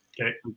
Okay